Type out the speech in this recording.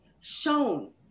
shown